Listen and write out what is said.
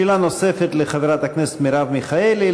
שאלה נוספת לחברת הכנסת מרב מיכאלי,